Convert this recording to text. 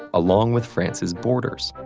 along with france's borders.